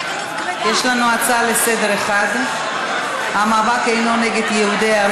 אני מבקשת מחברי הכנסת להירגע,